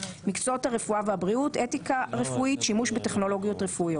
מקצועות הרפואה והבריאות; אתיקה רפואית; שימוש בטכנולוגיות רפואיות.